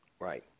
Right